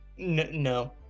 No